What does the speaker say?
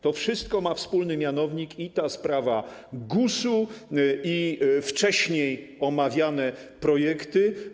To wszystko ma wspólny mianownik: i ta sprawa GUS-u, i wcześniej omawiane projekty.